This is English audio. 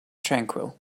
tranquil